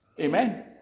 Amen